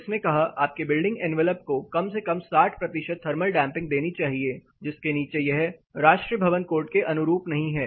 इसने कहा आपके बिल्डिंग एनवलप को कम से कम 60 प्रतिशत थर्मल डैंपिंग देनी चाहिए जिसके नीचे यह राष्ट्रीय भवन कोड के अनुरूप नहीं है